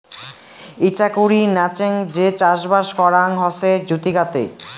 ইচাকুরি নাচেঙ যে চাষবাস করাং হসে জুচিকাতে